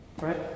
right